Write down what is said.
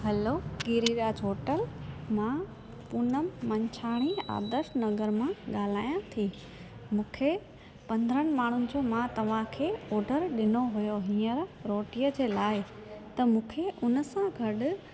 हलो Giriraj hotel मां पूनम मंछाणी आदर्श नगर मां ॻाल्हायां थी मूंखे पंद्रहंनि माण्हुनि जो मां तव्हांखे ऑडर ॾिनो हुओ हींअर रोटीअ जे लाइ त मूंखे हुन सां गॾु